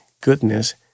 goodness